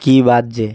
কি বাজজে